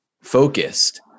focused